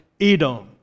Edom